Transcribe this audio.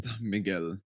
Miguel